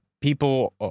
people